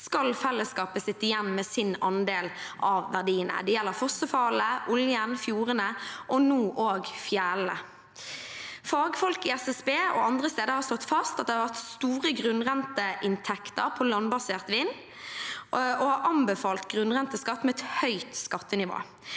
skal fellesskapet sitte igjen med sin andel av verdiene. Det gjelder fossefallene, oljen, fjordene og nå òg fjellene. Fagfolk i SSB og andre steder har slått fast at det har vært store grunnrenteinntekter på landbasert vind, og de har anbefalt grunnrenteskatt med et høyt skattenivå.